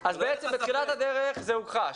בתחילת הדרך כל הסיפור הוכחש,